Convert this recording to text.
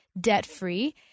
debt-free